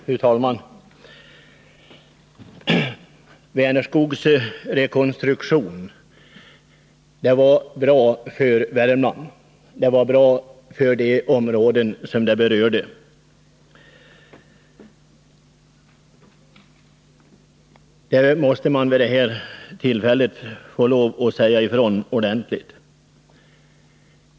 Fru talman! Vänerskogs rekonstruktion var bra för de områden i inte minst Värmland som den berörde. Det måste man vid det här tillfället ordentligt säga ifrån.